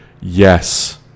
yes